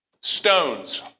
Stones